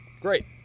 Great